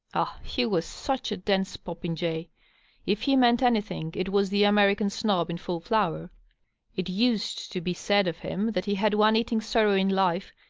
ah, he was such a dense popinjay if he meant anything, it was the american snob in full flower it used to be said of him that he had one eating sorrow in life,